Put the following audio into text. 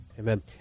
Amen